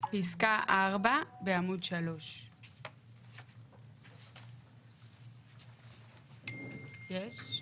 פסקה 4 בעמוד 3. יש?